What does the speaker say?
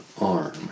arm